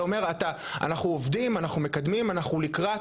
אתה אומר שאתם עובדים, שאתם מקדמים ושאתם לקראת.